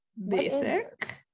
Basic